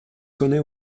connaît